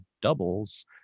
doubles